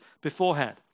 beforehand